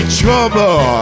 trouble